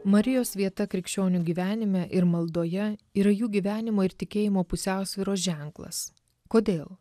marijos vieta krikščionių gyvenime ir maldoje yra jų gyvenimo ir tikėjimo pusiausvyros ženklas kodėl